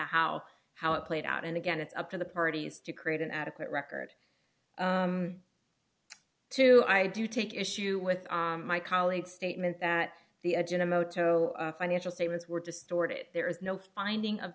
how how it played out and again it's up to the parties to create an adequate record to i do take issue with my colleague statement that the agenda moto financial statements were distorted there is no finding of